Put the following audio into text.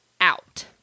out